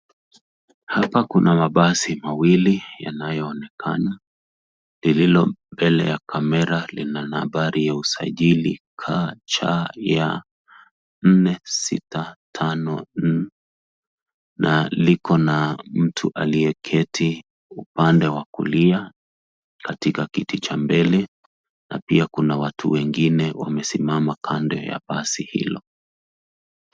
Hapa kuna mabasi mawili yanayoonekana. Lililo mbele ya kamera lina nambari ya usajili KCY 465N na liko na mtu aliyeketi upande wa kulia katika kiti cha mbele na pia kuna watu wengine wamesimama kando ya basi hilo.